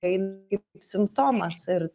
ein kai simptomas ir